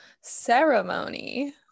ceremony